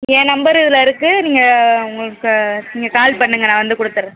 என் number இதில் இருக்குது நீங்கள் உங்களுக்கு நீங்கள் கால் பண்ணுங்கள் நான் வந்து கொடுத்தர்றேன்